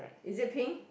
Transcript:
is it pink